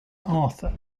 arthur